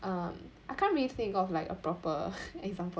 um I can't really think of like a proper example